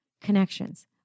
Connections